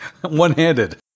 one-handed